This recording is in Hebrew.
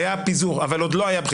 היה פיזור, אבל עוד לא היו בחירות.